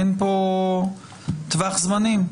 אין כאן טווח זמנים?